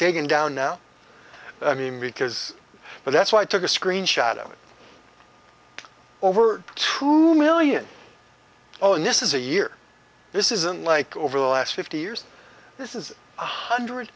taken down now i mean because but that's why i took a screenshot of it over two million oh and this is a year this isn't like over the last fifty years this is one hundred